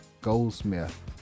Goldsmith